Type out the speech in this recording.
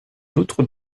d’autres